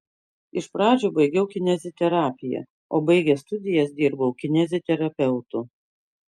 iš pradžių baigiau kineziterapiją o baigęs studijas dirbau kineziterapeutu